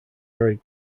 arid